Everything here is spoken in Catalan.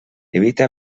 evita